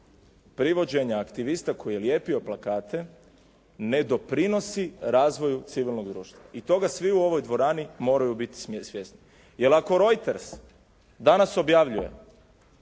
privođenja aktivista koji je lijepio plakate, ne doprinosi razvoju civilnog društva i toga svi u ovoj dvorani moraju biti svjesni. Jer, ako Reuters danas objavljuje